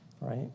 right